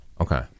Okay